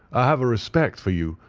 i have a respect for you,